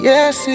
Yes